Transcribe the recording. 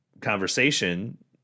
conversation